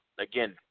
again